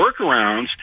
workarounds